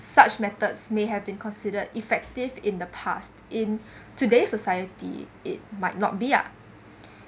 such methods may have been considered effective in the past in today's society it might not be ah